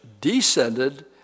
descended